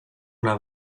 una